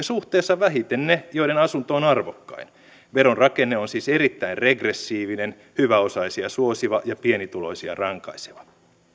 suhteessa vähiten ne joiden asunto on arvokkain veron rakenne on siis erittäin regressiivinen hyväosaisia suosiva ja pienituloisia rankaiseva